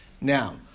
Now